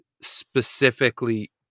specifically